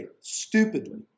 stupidly